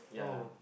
oh